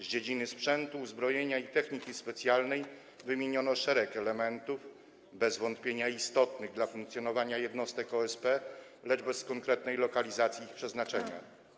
Z dziedziny sprzętu, uzbrojenia i techniki specjalnej wymieniono szereg elementów - bez wątpienia istotnych dla funkcjonowania jednostek OSP - lecz bez konkretnej lokalizacji ich przeznaczenia.